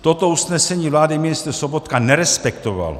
Toto usnesení vlády ministr Sobotka nerespektoval.